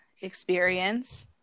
experience